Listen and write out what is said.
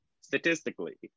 statistically